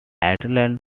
region